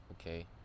okay